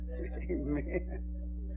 Amen